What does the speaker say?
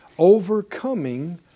overcoming